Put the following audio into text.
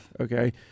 Okay